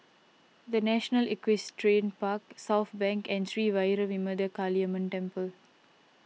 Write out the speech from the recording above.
the National Equestrian Park Southbank and Sri Vairavimada Kaliamman Temple